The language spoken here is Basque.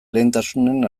lehentasunen